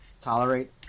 tolerate